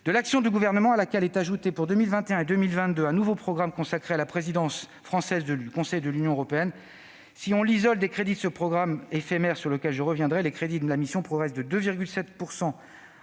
de l'action du Gouvernement » à laquelle est adjoint, pour 2021 et 2022, un nouveau programme consacré à la présidence française du Conseil de l'Union européenne. Si l'on isole les crédits de ce programme éphémère, les crédits de la mission progressent de 2,7